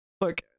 Look